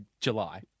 July